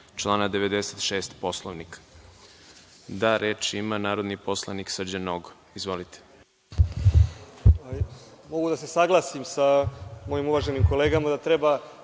člana 96. Poslovnika? Reč ima narodni poslanik Srđan Nogo. **Srđan Nogo** Mogu da se saglasim sa mojim uvaženim kolegama da treba